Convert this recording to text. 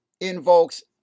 invokes